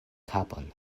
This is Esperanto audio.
kapon